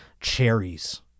cherries